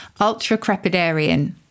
ultra-crepidarian